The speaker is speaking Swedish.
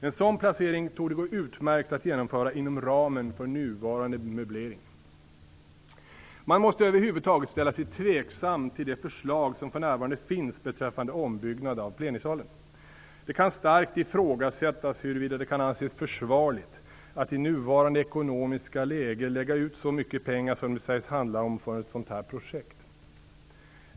En sådan placering torde gå utmärkt att genomföra inom ramen för nuvarande möblering. Man måste över huvud taget ställa sig tveksam till det förslag som för närvarande finns beträffande ombyggnad av plenisalen. Det kan starkt ifrågasättas huruvida det kan anses försvarligt att i nuvarande ekonomiska läge lägga ut så mycket pengar som det sägs handla om för ett sådant projekt.